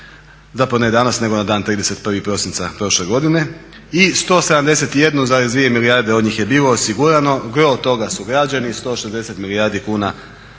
ne danas nego na dan 31.prosinca prošle godine i 171,2 milijarde od njih je bilo osigurano, gro toga su ugrađeni 160 milijardi kuna